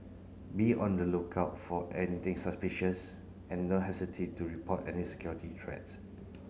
be on the lookout for anything suspicious and no hesitate to report any security threats